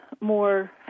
more